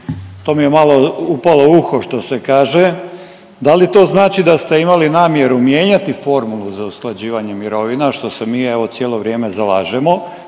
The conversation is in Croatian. To mi je malo upalo u uho što se kaže. Da li to znači da ste imali namjeru mijenjati formulu za usklađivanje mirovina, a što se mi evo cijelo vrijeme zalažemo